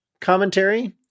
commentary